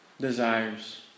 desires